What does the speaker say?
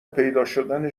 پیداشدن